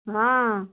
ହଁ